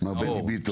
מר בני ביטון,